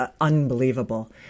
unbelievable